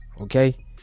Okay